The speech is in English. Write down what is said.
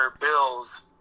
bills